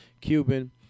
Cuban